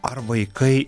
ar vaikai